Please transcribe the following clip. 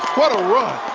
what a rush.